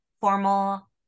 formal